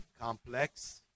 complex